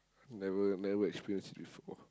never never experience it before